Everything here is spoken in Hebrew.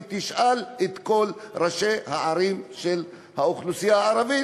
ותשאל את כל ראשי הערים של האוכלוסייה הערבית,